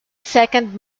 second